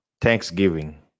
Thanksgiving